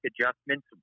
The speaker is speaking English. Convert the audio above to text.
adjustments